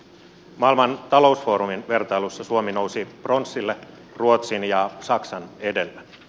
maailman talousfoorumin vertailussa suomi nousi pronssille ruotsin ja saksan edellä